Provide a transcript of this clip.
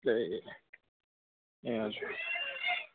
ए ए हजुर